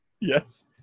yes